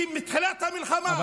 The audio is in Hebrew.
מתחילת המלחמה,